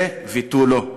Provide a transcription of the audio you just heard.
זה ותו לא.